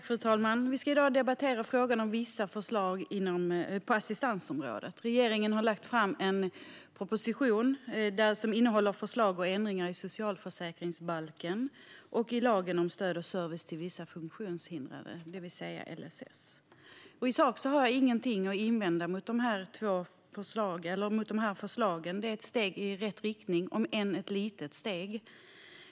Fru talman! Vi ska i dag debattera frågan om vissa förslag på assistansområdet. Regeringen har lagt fram en proposition som innehåller förslag till ändringar i socialförsäkringsbalken och i lagen om stöd och service till vissa funktionshindrade, det vill säga LSS. I sak har jag ingenting att invända mot dessa förslag. De är ett steg i rätt riktning, om än ett litet steg.